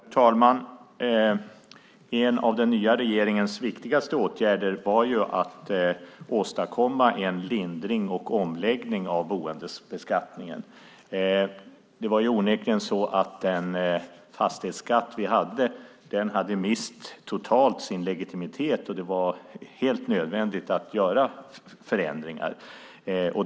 Fru talman! En av den nya regeringens viktigaste åtgärder var att åstadkomma en lindring och omläggning av boendebeskattningen. Det var onekligen så att den fastighetsskatt vi hade totalt hade mist sin legitimitet, och det var helt nödvändigt att göra förändringar.